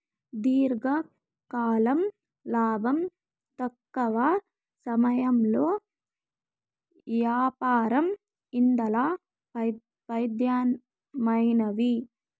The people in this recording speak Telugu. దీర్ఘకాలం లాబం, తక్కవ సమయంలో యాపారం ఇందల పెదానమైనవి